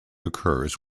occurs